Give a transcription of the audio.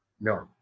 No